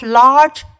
large